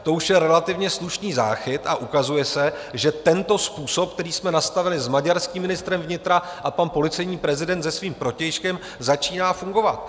To už je relativně slušný záchyt a ukazuje se, že tento způsob, který jsme nastavili s maďarským ministrem vnitra a pan policejní prezident se svým protějškem, začíná fungovat.